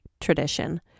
tradition